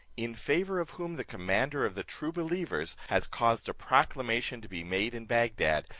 in favour of whom the commander of the true believers has caused a proclamation to be made in bagdad,